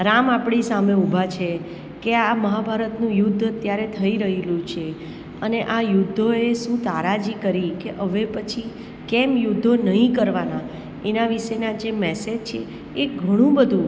રામ આપણી સામે ઊભા છે કે આ મહાભારતનું યુદ્ધ અત્યારે થઈ રહેલું છે અને આ યુદ્ધોએ શું તારાજી કરી કે હવે પછી કેમ યુદ્ધો નહિ કરવાના એના વિષેના જે મેસેજ છે એ ઘણું બધું